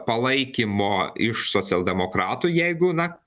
palaikymo iš socialdemokratų jeigu na